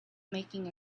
making